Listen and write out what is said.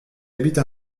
habite